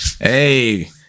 hey